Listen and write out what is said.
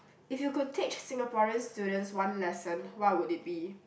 if you could teach Singaporean students one lesson what would it be